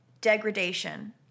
degradation